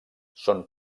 són